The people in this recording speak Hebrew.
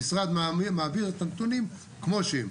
המשרד מעביר את הנתונים כמו שהם.